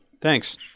Thanks